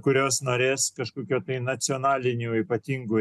kurios norės kažkokio tai nacionaliniu ypatingu